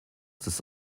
this